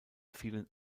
vielen